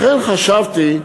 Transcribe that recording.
לכן חשבתי,